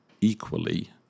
equally